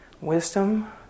Wisdom